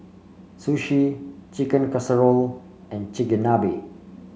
Sushi Chicken Casserole and Chigenabe